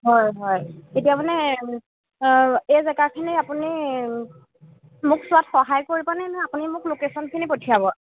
হয় হয় এতিয়া মানে এই জেগাখিনি আপুনি মোক চোৱাত সহায় কৰিবনে নে আপুনি মোক লোকেশ্যনখিনি পঠিয়াব